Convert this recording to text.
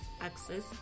access